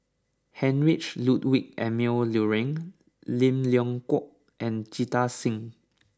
Heinrich Ludwig Emil Luering Lim Leong Geok and Jita Singh